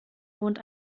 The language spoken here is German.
wohnt